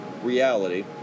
reality